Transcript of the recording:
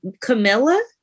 Camilla